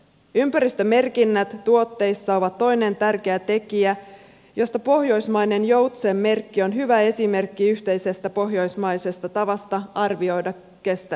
ympäristömerkinnät tuotteissa ovat toinen tärkeä tekijä josta pohjoismainen joutsen merkki on hyvä esimerkki yhteisestä pohjoismaisesta tavasta arvioida kestävyyttä